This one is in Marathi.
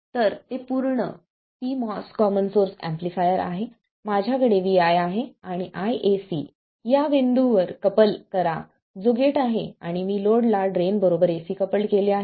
तर ते पूर्ण pMOS कॉमन सोर्स एम्पलीफायर आहे माझ्याकडे vi आहे आणि I AC या बिंदूवर कपल करा जो गेट आहे आणि मी लोड ला ड्रेन बरोबर AC कपल्ड केले आहे